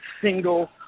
single